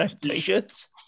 T-shirts